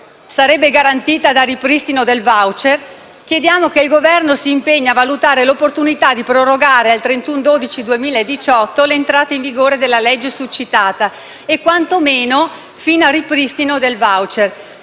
sarebbe garantita dal ripristino del *voucher*), chiediamo che il Governo si impegni a valutare l'opportunità di prorogare al 31 dicembre 2018 l'entrata in vigore della legge succitata o, quanto meno, fino al ripristino del *voucher*